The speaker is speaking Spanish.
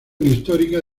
histórica